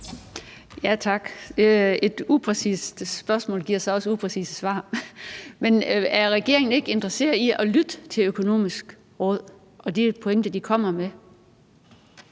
Tak. Et upræcist spørgsmål giver så også et upræcist svar. Men er regeringen ikke interesseret i at lytte til De Økonomiske Råd og de pointer, de kommer med?